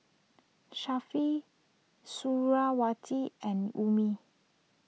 Sharifah Suriawati and Ummi